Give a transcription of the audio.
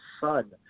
son